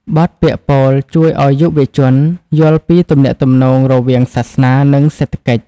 បទពាក្យពោលជួយឱ្យយុវជនយល់ពីទំនាក់ទំនងរវាងសាសនា និងសេដ្ឋកិច្ច។